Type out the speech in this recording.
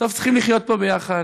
בסוף צריכים לחיות פה ביחד,